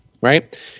Right